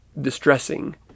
distressing